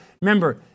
remember